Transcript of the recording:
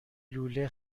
لوله